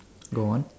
go on